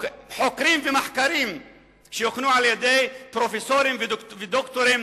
חוקרים ומחקרים שהוכנו על-ידי פרופסורים ודוקטורים